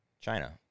China